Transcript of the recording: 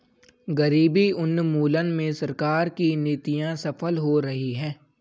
गरीबी उन्मूलन में सरकार की नीतियां सफल हो रही हैं